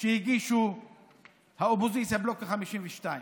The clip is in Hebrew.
שהגישה האופוזיציה, בלוק ה-52.